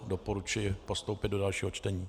Doporučuji postoupit do dalšího čtení.